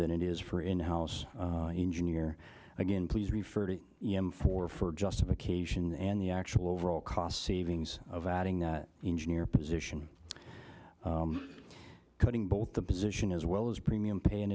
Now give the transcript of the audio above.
than it is for in house engineer again please refer to him for for justification and the actual overall cost savings of adding that engineer position cutting both the position as well as premium pay